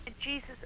Jesus